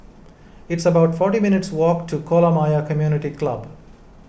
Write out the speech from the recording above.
it's about forty minutes' walk to Kolam Ayer Community Club